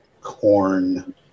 corn